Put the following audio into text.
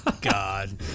God